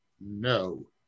No